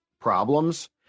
problems